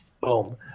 Boom